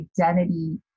identity